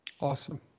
Awesome